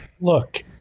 Look